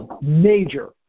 major